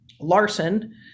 Larson